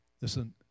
Listen